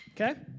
okay